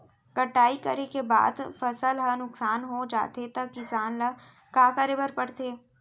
कटाई करे के बाद फसल ह नुकसान हो जाथे त किसान ल का करे बर पढ़थे?